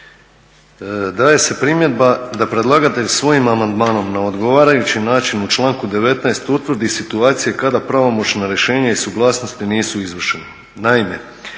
daje se primjedba da predlagatelj svojim amandmanom na odgovarajući način u članku 19. utvrdi situacije kada pravomoćno rješenje i suglasnosti nisu izvršeni.